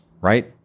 right